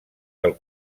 del